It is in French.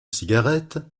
cigarette